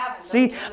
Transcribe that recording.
See